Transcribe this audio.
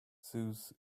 zeus